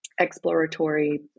exploratory